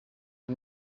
ati